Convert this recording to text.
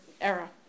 era